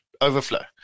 overflow